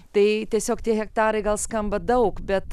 tai tiesiog tie hektarai gal skamba daug bet